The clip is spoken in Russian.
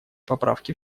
поправки